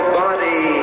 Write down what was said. body